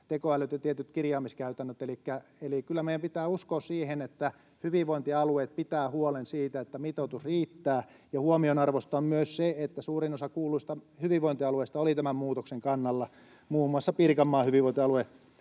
tekoälyt ja tietyt kirjaamiskäytännöt. Eli kyllä meidän pitää uskoa siihen, että hyvinvointialueet pitävät huolen siitä, että mitoitus riittää. Huomionarvoista on myös se, että suurin osa kuulluista hyvinvointialueista oli tämän muutoksen kannalla. Muun muassa Pirkanmaan hyvinvointialue